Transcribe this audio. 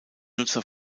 nutzer